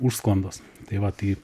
užsklandos tai va tai